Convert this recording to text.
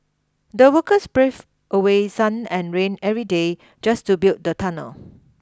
the workers braved away sun and rain every day just to build the tunnel